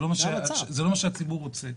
זה לא מה שהציבור רוצה,